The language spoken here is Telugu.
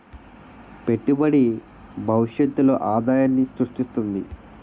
పెట్టుబడి భవిష్యత్తులో ఆదాయాన్ని స్రృష్టిస్తుంది